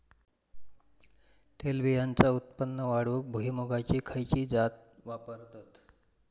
तेलबियांचा उत्पन्न वाढवूक भुईमूगाची खयची जात वापरतत?